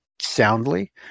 soundly